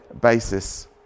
basis